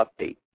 update